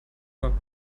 uhr